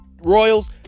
Royals